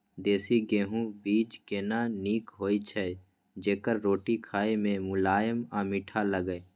देसी गेहूँ बीज केना नीक होय छै जेकर रोटी खाय मे मुलायम आ मीठ लागय?